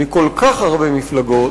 מכל כך הרבה מפלגות,